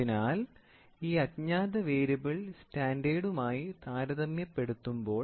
അതിനാൽ ഈ അജ്ഞാത വേരിയബിൾ സ്റ്റാൻഡേർഡുമായി താരതമ്യപ്പെടുത്തുമ്പോൾ